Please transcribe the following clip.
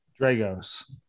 Dragos